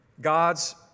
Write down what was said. God's